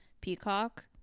peacock